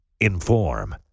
Inform